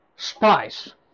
Spice